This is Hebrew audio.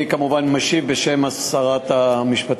ישיב בשם הממשלה, כאמור, בשם שרת המשפטים,